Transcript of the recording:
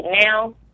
now